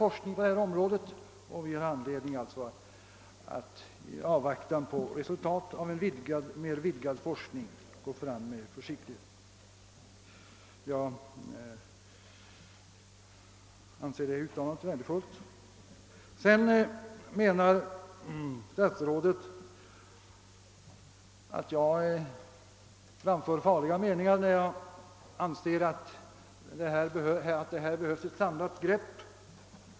Vi har alltså anledning att i avvaktan på resultat av en vidgad forskning gå fram med försiktighet. Jag anser detta uttalande värdefullt. Sedan menar statsrådet att jag framför farliga meningar när jag anser att ett samlat grepp behövs här.